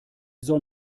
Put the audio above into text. soll